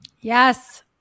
Yes